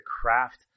craft